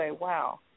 wow